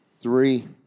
three